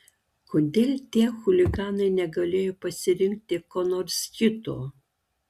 kodėl tie chuliganai negalėjo pasirinkti ko nors kito